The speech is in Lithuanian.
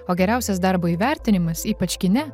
o geriausias darbo įvertinimas ypač kine